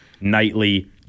nightly